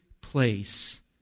place